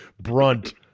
brunt